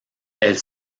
elle